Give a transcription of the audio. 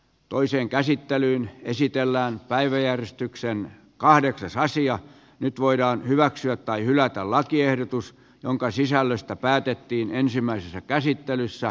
toiseen käsittelyyn esitellään päiväjärjestykseen kahdeksas asia nyt voidaan hyväksyä tai hylätä lakiehdotus jonka sisällöstä päätettiin ensimmäisessä käsittelyssä